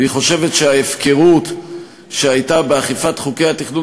והיא חושבת שההפקרות שהייתה באכיפת חוקי התכנון